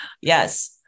Yes